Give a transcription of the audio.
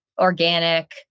organic